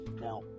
Now